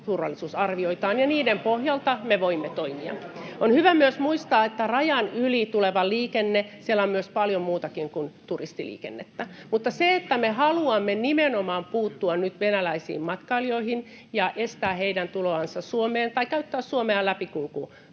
ja niiden pohjalta me voimme toimia. On hyvä myös muistaa, että rajan yli tuleva liikenne on paljon muutakin kuin turistiliikennettä. Mutta se, että me haluamme puuttua nyt nimenomaan venäläisiin matkailijoihin ja estää heidän tulonsa Suomeen tai estää Suomen käyttämistä